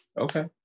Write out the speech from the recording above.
okay